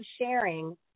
sharing